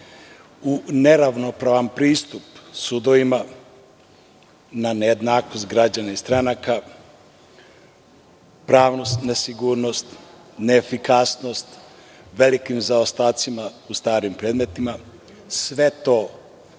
neravnopravan pristup sudovima, na nejednakost građana i stranaka, pravnu nesigurnost, neefikasnost, velike zaostatke u starim predmetima. Sve to